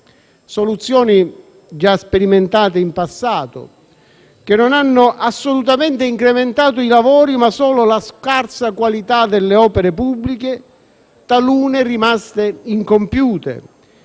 soluzioni già sperimentate in passato, che non hanno assolutamente incrementato i lavori, ma solo la scarsa qualità delle opere pubbliche, talune rimaste incompiute